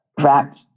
rap